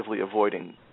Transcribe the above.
avoiding –